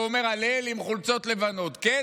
ואומר הלל עם חולצות לבנות כן,